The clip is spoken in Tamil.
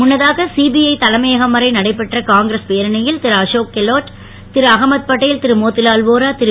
முன்னதாக சிபிஐ தலைமையகம் வரை நடைபெற்ற காங்கிரஸ் பேரணியில் திரு அசோக் கெலோட் திரு அகமது பட்டேல் திரு மோதிலால் வோரா திரு